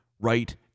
right